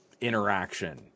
interaction